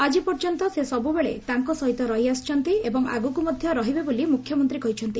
ଆକିପର୍ଯ୍ୟନ୍ତ ସେ ସବୁବେଳେ ତାଙ୍କ ସହିତ ରହି ଆସିଛନ୍ତି ଏବଂ ଆଗକୁ ମଧ୍ଧ ରହିବେ ବୋଲି ମୁଖ୍ୟମନ୍ତୀ କହିଛନ୍ତି